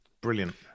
Brilliant